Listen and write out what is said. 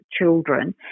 children